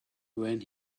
when